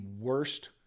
worst